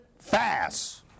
fast